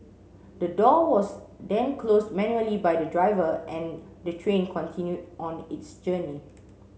the door was then closed manually by the driver and the train continued on its journey